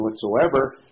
whatsoever